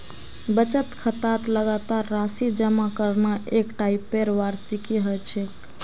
बचत खातात लगातार राशि जमा करना एक टाइपेर वार्षिकी ह छेक